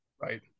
Right